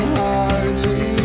hardly